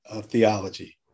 theology